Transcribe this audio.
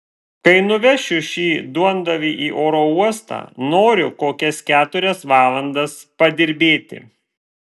kai nuvešiu šį duondavį į oro uostą noriu kokias keturias valandas padirbėti